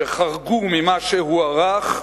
שחרגו ממה שהוערך,